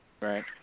Right